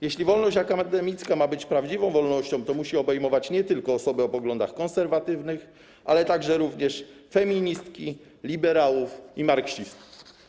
Jeśli wolność akademicka ma być prawdziwą wolnością, to musi obejmować nie tylko osoby o poglądach konserwatywnych, ale również feministki, liberałów i marksistów.